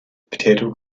potato